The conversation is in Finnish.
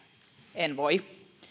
en voi